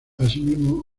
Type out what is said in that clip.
asimismo